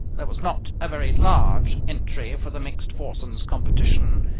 there was not a very large entry for the mixed foursomes competition.